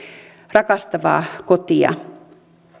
rakastavaa kotia